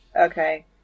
Okay